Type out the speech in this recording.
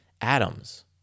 atoms